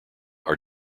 are